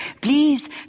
Please